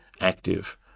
active